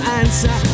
answer